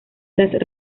las